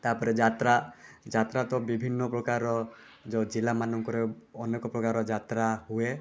ତା'ପରେ ଯାତ୍ରା ଯାତ୍ରା ତ ବିଭିନ୍ନପ୍ରକାର ଯେଉଁ ଜିଲ୍ଲାମାନଙ୍କର ଅନେକ ପ୍ରକାର ଯାତ୍ରା ହୁଏ